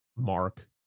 mark